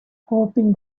hoping